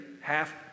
half